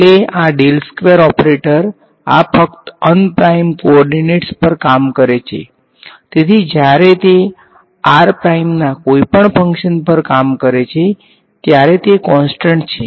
છેલ્લે આ del squared operator આ ફક્ત અનપ્રાઈમ કો ઓર્ડિનેટ્સ પર જ કામ કરે છે તેથી જ્યારે તે r ના કોઈપણ ફંકશન પર કામ કરે છે ત્યારે તે કોંસ્ટંટ છે